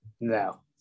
No